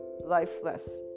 lifeless